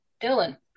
Dylan